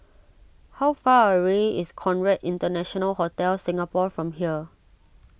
how far away is Conrad International Hotel Singapore from here